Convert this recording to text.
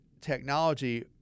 technology